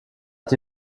hat